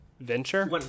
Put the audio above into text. venture